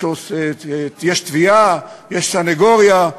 יש תביעה, יש סנגוריה.